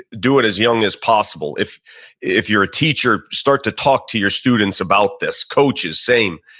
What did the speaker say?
do it as young as possible. if if you're a teacher, start to talk to your students about this. coaches, same.